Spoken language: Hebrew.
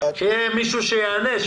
שיהיה מישהו שיענה,